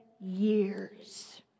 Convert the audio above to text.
years